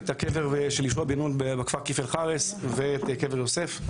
הוא אהב את הקבר של יהושוע בן נון בכפר כיפל חארת' ובקבר יוסף.